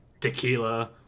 tequila